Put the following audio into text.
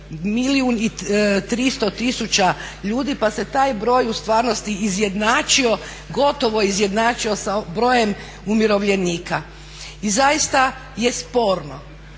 milijun i 300 tisuća ljudi pa se taj broj u stvarnosti izjednačio, gotovo izjednačio sa brojem umirovljenika. I zaista je sporno,